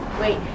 Wait